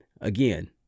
Again